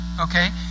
Okay